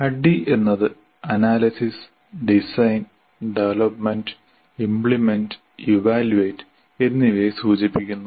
ADDIE എന്നത് analysis design development implement evaluate എന്നിവയെ സൂചിപ്പിക്കുന്നു